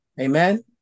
Amen